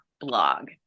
blog